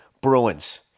Bruins